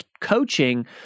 coaching